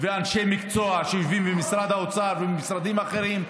ובאנשי מקצוע שיושבים במשרד האוצר ובמשרדים אחרים,